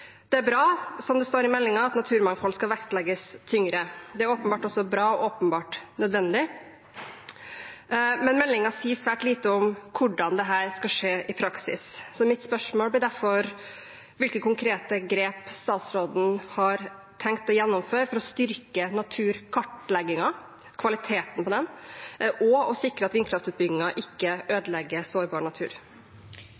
Det er bra, som det står i meldingen, at naturmangfold skal vektlegges tyngre. Det er bra, og det er åpenbart også nødvendig. Men meldingen sier svært lite om hvordan dette skal skje i praksis. Mitt spørsmål blir derfor hvilke konkrete grep statsråden har tenkt å gjennomføre for å styrke naturkartleggingen – kvaliteten på den – og å sikre at vindkraftutbyggingen ikke